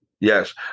Yes